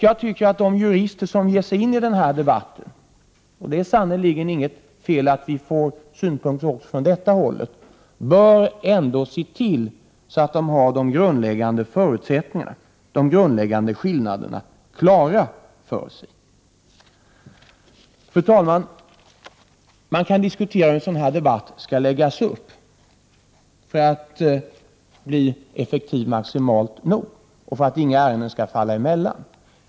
Jag tycker att de jurister som ger sig in i den här debatten — och det är sannerligen inte något fel att man får synpunkter också från det hållet — ändå bör se till att de har de grundläggande förutsättningarna, de grundläggande skillnaderna klara för sig. Fru talman! Man kan diskutera hur en sådan här debatt skall läggas upp för att bli maximalt effektiv och för att inga ärenden skall falla emellan.